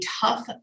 tough